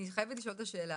אני חייבת לשאול את השאלה.